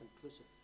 conclusive